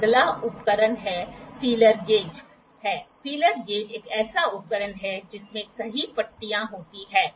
अगला उपकरण एक फीलर गेज है फीलर गेज एक ऐसा उपकरण है जिसमें कई पट्टियां होती हैं